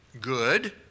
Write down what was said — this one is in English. good